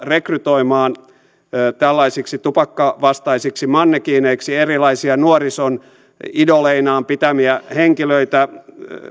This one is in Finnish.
rekrytoimaan tällaisiksi tupakkavastaisiksi mannekiineiksi erilaisia nuorison idoleinaan pitämiä henkilöitä